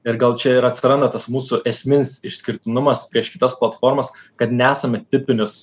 ir gal čia ir atsiranda tas mūsų esminis išskirtinumas prieš kitas platformas kad nesame tipinis